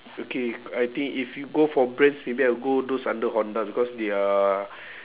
okay I think if you go for brands maybe I will go those under honda because they are